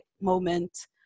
moment